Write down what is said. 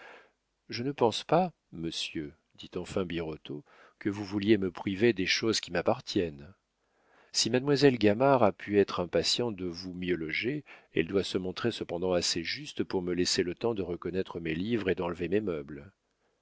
je ne pense pas monsieur dit enfin birotteau que vous vouliez me priver des choses qui m'appartiennent si mademoiselle gamard a pu être impatiente de vous mieux loger elle doit se montrer cependant assez juste pour me laisser le temps de reconnaître mes livres et d'enlever mes meubles